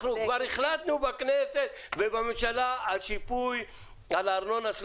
אנחנו כבר החלטנו בכנסת ובממשלה על שיפוי על ארנונה.